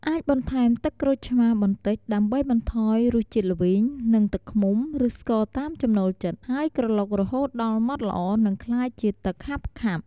អាចបន្ថែមទឹកក្រូចឆ្មារបន្តិចដើម្បីបន្ថយរសជាតិល្វីង និងទឹកឃ្មុំ ឬស្ករតាមចំណូលចិត្ត ហើយក្រឡុករហូតដល់ម៉ត់ល្អ និងក្លាយជាទឹកខាប់ៗ។